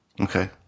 Okay